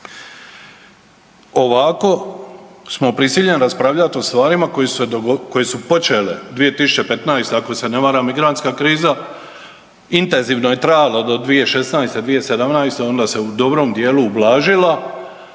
Ovako smo prisiljeni raspravljati koje su se, koje su počele 2015. ako se ne varam, migrantska kriza intenzivno je trajala do 2016., 2017. onda se u dobrom dijelu ublažila